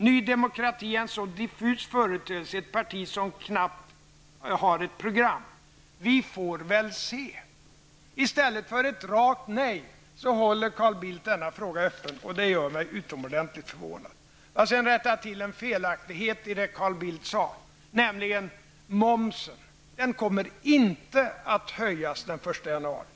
Ny demokrati är en så diffus företeelse, ett parti som knappt har ett program. Vi får väl se.'' I stället för ett rakt nej håller Carl Bildt denna fråga öppen. Det gör mig utomordentligt förvånad. Får jag då rätta en felaktighet i det Carl Bildt sade, och det gäller momsen. Momsen kommer inte att höjas den 1 januari.